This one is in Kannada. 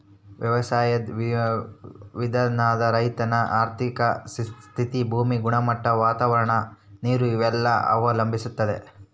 ವ್ಯವಸಾಯುದ್ ವಿಧಾನಾನ ರೈತನ ಆರ್ಥಿಕ ಸ್ಥಿತಿ, ಭೂಮಿ ಗುಣಮಟ್ಟ, ವಾತಾವರಣ, ನೀರು ಇವೆಲ್ಲನ ಅವಲಂಬಿಸ್ತತೆ